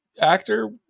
actor